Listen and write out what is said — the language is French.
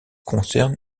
concerne